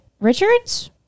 Richards